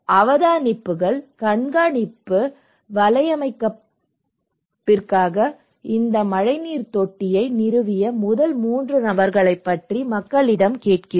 அவதானிப்புகள் கண்காணிப்பு வலையமைப்பிற்காக இந்த மழைநீர் தொட்டியை நிறுவிய முதல் மூன்று நபர்களைப் பற்றி மக்களிடம் கேட்கிறோம்